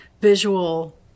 visual